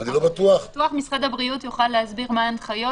אולי משרד הבריאות יוכל להסביר מה ההנחיות.